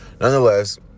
Nonetheless